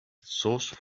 sauce